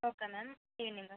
okay ma'am evening